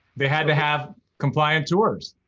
they had to have compliant tours.